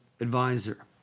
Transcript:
advisor